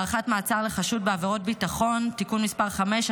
(הארכת מעצר לחשוד בעבירת ביטחון) (תיקון מס' 5),